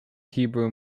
hebrew